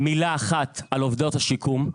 מילה אחת על עובדות השיקום,